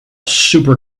super